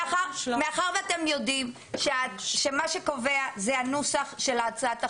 אתם יודעים שמה שקובע זה הנוסח של הצעת החוק.